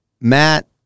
Matt